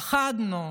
פחדנו,